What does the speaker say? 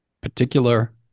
particular